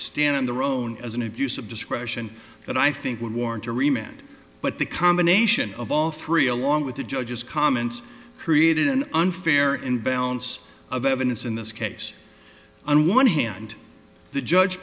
stand on their own as an abuse of discretion that i think would warrant a remained but the combination of all three along with the judge's comments created an unfair imbalance of evidence in this case on one hand the judge